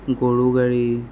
গৰু গাড়ী